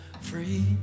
free